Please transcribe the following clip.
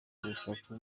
urusaku